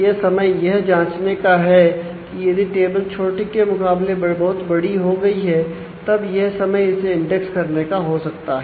यह समय यह जांचने का है की यदि टेबल छोटी के मुकाबले बहुत बड़ी हो गई है तब यह समय इसे इंडेक्स करने का हो सकता है